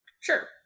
Sure